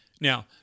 Now